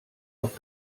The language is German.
auf